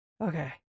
okay